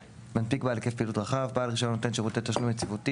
מנפיק בעל היקף פעילות רחב 36טז. בעל רישיון נותן שירותי תשלום יציבותי